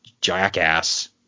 jackass